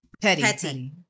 Petty